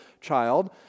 child